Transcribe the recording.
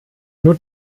nur